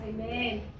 Amen